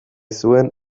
zuen